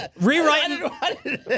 rewriting